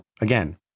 again